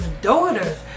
daughters